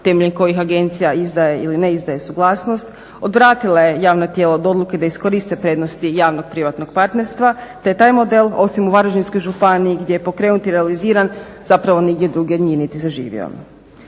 temeljem kojih agencija izdaje ili ne izdaje suglasnost odvratila je javna tijela od odluke da iskoriste prednosti javno-privatnog partnerstva te taj model, osim u Varaždinskoj županiji gdje je pokrenut i realiziran, zapravo nigdje drugdje nije niti zaživio.